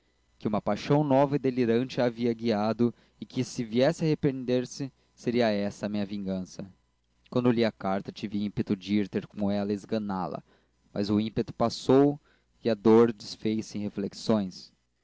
que uma paixão nova e delirante a havia guiado e que se viesse a arrepender-se seria essa a minha vingança quando li a carta tive ímpeto de ir ter com ela e esganá la mas o ímpeto passou e a dor desfez-se em reflexões